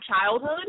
childhood